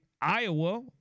iowa